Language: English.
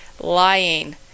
lying